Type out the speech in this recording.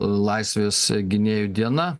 laisvės gynėjų diena